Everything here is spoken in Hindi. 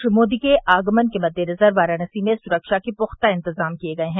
श्री मोदी के आगमन के मद्देनजर वाराणसी में सुरक्षा के पुख्ता इंतजाम किये गये हैं